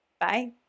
Bye